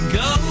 go